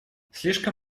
слишком